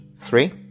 Three